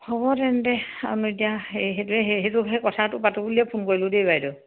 হ'ব তেন্তে আমি এতিয়া সেইটোৱে সেইটো সেই কথাটো পাতো বুলিয়ে ফোন কৰিলোঁ দেই বাইদেউ